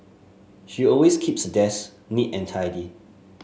she always keeps the desk neat and tidy